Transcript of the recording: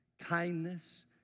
kindness